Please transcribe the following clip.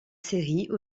série